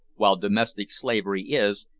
while domestic slavery is,